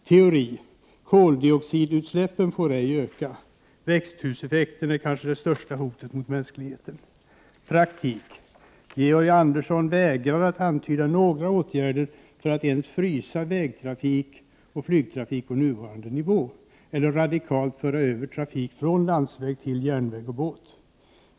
Teori: Koldioxidutsläppen får ej öka. Växthuseffekten är kanske det största hotet mot mänskligheten. Praktik: Georg Andersson vägrar att antyda några åtgärder för att ens frysa vägtrafik och flygtrafik på nuvarande nivå eller för att radikalt föra över trafik från landsväg till järnväg och båt.